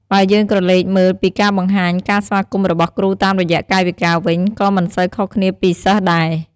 បើយើងក្រឡេកមើលពីការបង្ហាញការស្វាគមន៍របស់គ្រូតាមរយៈកាយវិការវិញ ក៏មិនសូវខុសគ្នាពីសិស្សដែរ។